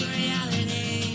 reality